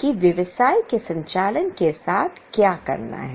कि व्यवसाय के संचालन के साथ क्या करना है